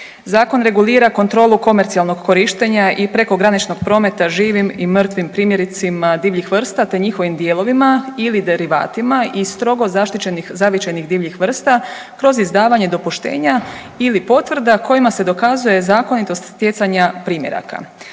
Zakon regulira kontrolu komercijalnog korištenja i prekograničnog prometa živim i mrtvim primjercima divljih vrsta te njihovim dijelovima ili derivatima i strogo zaštićenih zavičajnih divljih vrsta kroz izdavanje dopuštenja ili potvrda kojima se dokazuje zakonitost stjecanja primjeraka.